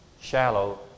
shallow